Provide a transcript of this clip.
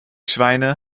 schweine